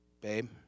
babe